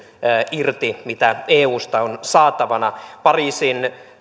irti mitä eusta on saatavana pariisin